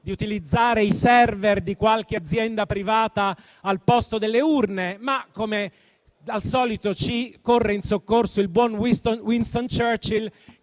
di utilizzare i *server* di qualche azienda privata al posto delle urne. Come al solito, però, corre in nostro soccorso il buon Winston Churchill,